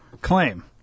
claim